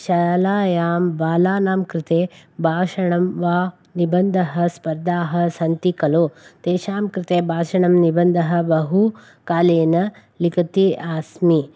शालायां बालानां कृते भाषणं वा निबन्धः स्पर्धाः सन्ति खलु तेषां कृते भाषणं निबन्धः बहुकालेन लिखन्ती अस्मि